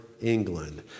England